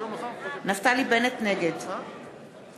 נגד